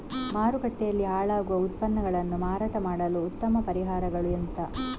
ಮಾರುಕಟ್ಟೆಯಲ್ಲಿ ಹಾಳಾಗುವ ಉತ್ಪನ್ನಗಳನ್ನು ಮಾರಾಟ ಮಾಡಲು ಉತ್ತಮ ಪರಿಹಾರಗಳು ಎಂತ?